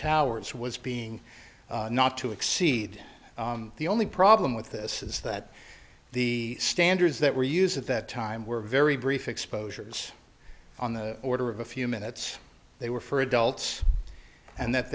towers was being not to exceed the only problem with this is that the standards that were used at that time were very brief exposures on the order of a few minutes they were for adults and that